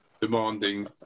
demanding